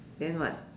then what